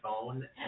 phone